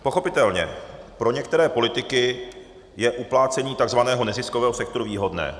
Pochopitelně pro některé politiky je uplácení takzvaného neziskového sektoru výhodné.